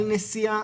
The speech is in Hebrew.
על נסיעה,